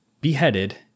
beheaded